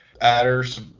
adders